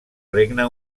regne